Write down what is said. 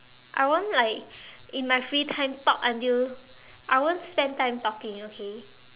I won't like in my free time talk until I won't spend time talking okay